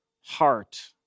heart